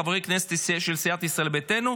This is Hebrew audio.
חברי הכנסת של סיעת ישראל ביתנו,